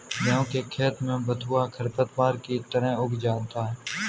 गेहूँ के खेत में बथुआ खरपतवार की तरह उग आता है